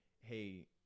hey